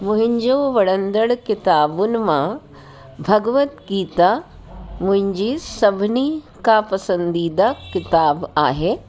मुंहिंजो वणंदड़ु किताबुनि मां भगवत गीता मुंहिंजी सभिनी का पसंदीदा किता आहे